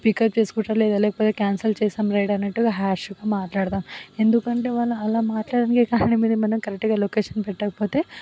pickup చేసుకుంటారా లేదా లేకపోతే క్యాన్సల్ చేస్తాము రైడ్ అన్నట్టుగా ర్యాష్గా మాట్లాడుతాము ఎందుకంటే వాళ్ళు అలా మాట్లాడడానికి కారణం ఏంటంటే మనం కరెక్ట్గా లొకేషన్ పెట్టకపోతే